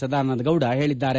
ಸದಾನಂದಗೌಡ ಹೇಳಿದ್ದಾರೆ